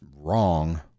wrong